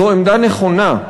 זו עמדה נכונה.